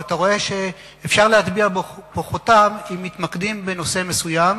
ואתה רואה שאפשר להטביע פה חותם אם מתמקדים בנושא מסוים,